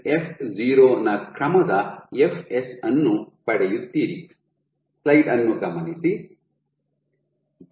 97 f0 ನ ಕ್ರಮದ fs ಅನ್ನು ಪಡೆಯುತ್ತೀರಿ